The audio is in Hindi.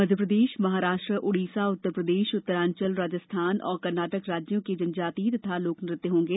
मध्यप्रदेश महाराष्ट्र उड़ीसा उत्तरप्रदेश उत्तरांचल राजस्थान और कर्नाटक राज्यों के जनजातीय तथा लोकनृत्य होगें